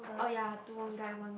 oh ya two one guy one